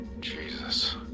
Jesus